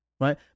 right